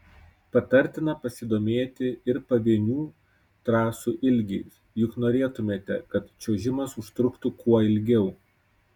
patartina pasidomėti ir pavienių trasų ilgiais juk norėtumėte kad čiuožimas užtruktų kuo ilgiau